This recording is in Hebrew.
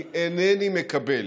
אני אינני מקבל